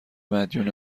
مدیون